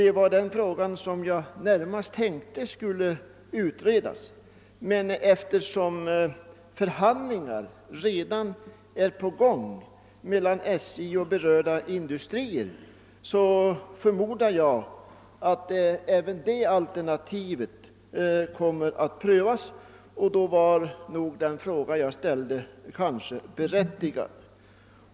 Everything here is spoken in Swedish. Det var den frågan jag närmast tänkte skulle utredas, men eftersom förhandlingar redan pågår mellan SJ och berörda industrier förmodar jag att även det alternativet kommer att prövas. Därför var nog den fråga jag ställde berättigad.